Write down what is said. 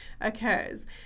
occurs